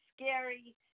scary